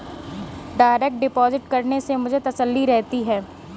direct deposit करने से मुझे तसल्ली रहती है